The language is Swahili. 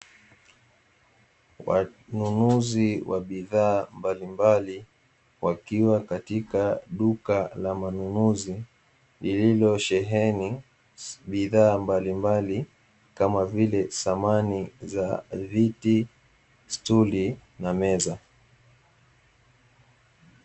Wanunuzi wa bidhaa mbalimbali wakiwa katika duka la manunuzi, lililosheheni bidhaa mbalimbali kama vile; samani za viti, sturi na meza.